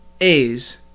A's